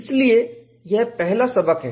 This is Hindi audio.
इसलिए यह पहला सबक है